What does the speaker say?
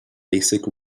basic